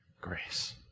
grace